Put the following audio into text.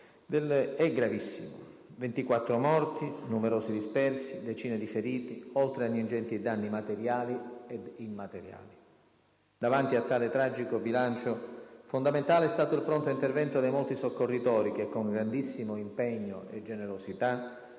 è gravissimo: 24 morti, numerosi dispersi, decine di feriti, oltre ad ingenti danni materiali e immateriali. Davanti a tale tragico bilancio, fondamentale è stato il pronto intervento dei molti soccorritori che, con grandissimo impegno e generosità,